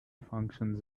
functions